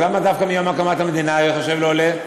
אז למה דווקא מיום הקמת המדינה ייחשב לעולה?